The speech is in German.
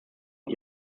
und